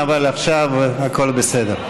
אבל עכשיו הכול בסדר.